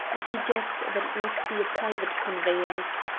and he guessed that it must be a private conveyance.